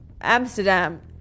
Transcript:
Amsterdam